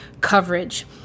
coverage